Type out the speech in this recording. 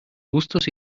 gustos